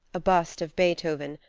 a bust of beethoven,